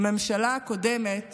הממשלה הקודמת